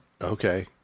Okay